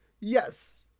Yes